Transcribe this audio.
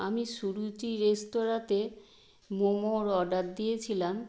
আমি সুরুচি রেস্তোরাঁতে মোমোর অর্ডার দিয়েছিলাম